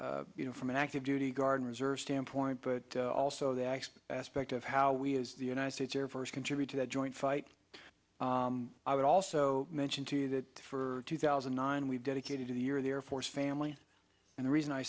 for you know from an active duty guard reserve standpoint but also the actual aspect of how we as the united states air force contribute to that joint fight i would also mention to you that for two thousand and nine we've dedicated to the year the air force family and the reason i